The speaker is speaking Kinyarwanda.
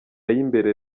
y’imbere